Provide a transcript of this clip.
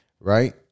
Right